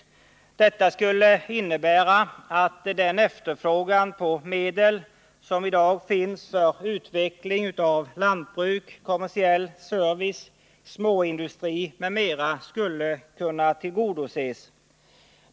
Detta skulle innebära att den efterfrågan på medel som i dag finns för utveckling av lantbruk, kommersiell service, småindustri m.m. skulle kunna tillgodoses.